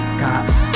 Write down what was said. cops